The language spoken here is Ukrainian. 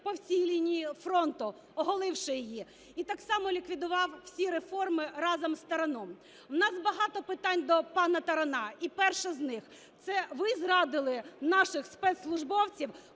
по всій лінії фронту, оголивши її. І так само ліквідував всі реформи разом з Тараном. У нас багато питань до пана Тарана. І перше з них: це ви зрадили наших спецслужбовців,